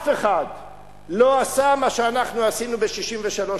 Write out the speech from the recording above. אף אחד לא עשה מה שאנחנו עשינו ב-63 שנים.